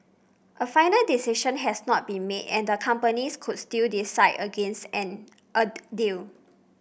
a final decision has not been made and the companies could still decide against a deal